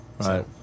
right